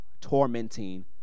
tormenting